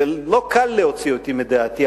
ולא קל להוציא אותי מדעתי,